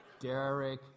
Derek